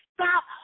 stop